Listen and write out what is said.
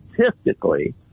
statistically